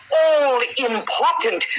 all-important